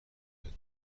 بیاد